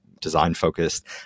design-focused